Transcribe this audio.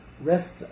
rest